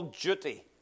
Duty